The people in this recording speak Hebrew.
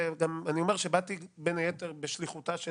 וגם אגיד שבאתי בין היתר בשליחותה של